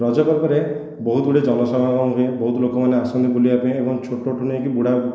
ରଜ ପର୍ବରେ ବହୁତ ଗୁଡ଼ିଏ ଜନ ସମାଗମ ହୁଏ ବହୁତ ଲୋକମାନେ ଆସନ୍ତି ବୁଲିବା ପାଇଁ ଏବଂ ଛୋଟ ଠାରୁ ନେଇକି ବୁଢ଼ା